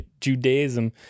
Judaism